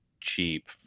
cheap